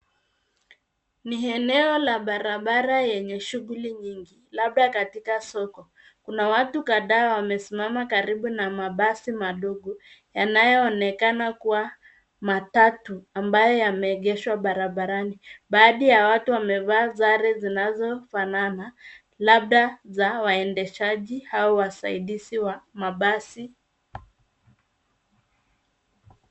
Mieneo la barabara yenye shughuli nyingi labda katika soko, kuna watu kadhaa wamesimama karibu na mabasi madogo yanayo onekana kuwa matatu ambayo yame egeshwa barabarani. Baadhi ya watu wamevaa sare zinazo fanana labda za waendeshaji au wasaidizi wa mabasi.